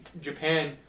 Japan